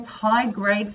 high-grade